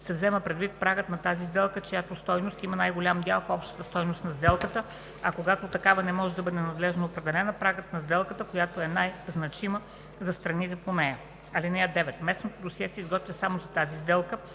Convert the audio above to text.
се взема предвид прагът за тази сделка, чиято стойност има най-голям дял в общата стойност на сделките, а когато такава не може да бъде надеждно определена – прагът за сделката, която е най-значима за страните по нея. (9) Местно досие се изготвя само за тази сделка